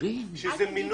לכך כוונתי.